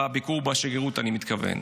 בביקור בשגרירות אני מתכוון.